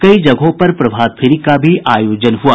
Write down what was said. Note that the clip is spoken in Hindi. कई जगहों पर प्रभात फेरी का भी आयोजन हुआ